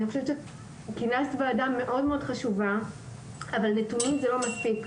אני חושבת שכינסת ועדה מאוד-מאוד חשובה אבל נתונים זה לא מספיק.